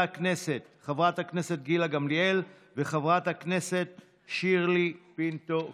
הכנסת גילה גמליאל וחברת הכנסת שירלי פינטו קדוש.